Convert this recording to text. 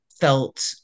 felt